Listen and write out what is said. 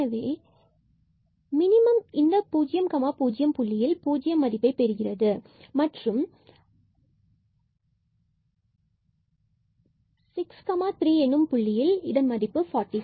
எனவே மினிமம் இந்த 00 புள்ளியில் பூஜ்ஜியம் மற்றும் இந்தப் 63புள்ளியில் கிடைக்கப்பெறுகிறது மற்றும் அதன் மதிப்பு 45